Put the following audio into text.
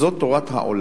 "זאת תורת העֹלה.